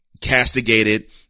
castigated